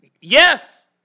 Yes